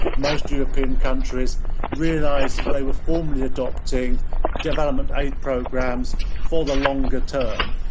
most european countries realised they were formally adopting development aid programs for the longer term.